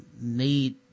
need